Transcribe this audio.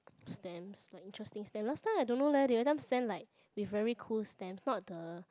stamps like interesting stamps last time I don't know leh they will just send like the very cool stamps not the